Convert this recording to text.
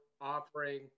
offering